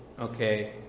okay